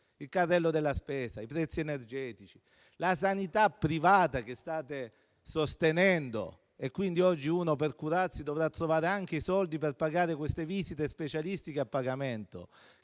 il carrello della spesa, i prezzi energetici e la sanità privata che state sostenendo, per cui oggi un cittadino per curarsi dovrà trovare anche i soldi per pagare le visite specialistiche a pagamento.